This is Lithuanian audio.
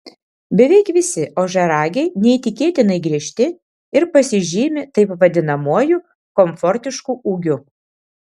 beveik visi ožiaragiai neįtikėtinai griežti ir pasižymi taip vadinamuoju komfortišku ūgiu